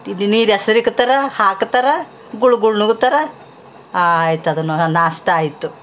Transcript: ತಿಳಿ ನೀರು ಎಸೆರಿಕ್ಕತ್ತರ ಹಾಕ್ತಾರ ಗುಳು ಗುಳು ನುಂಗ್ತರ ಆಯ್ತದುನು ನಾಷ್ಟ ಆಯಿತು